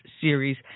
series